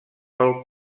pel